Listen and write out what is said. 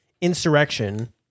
insurrection